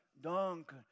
Donc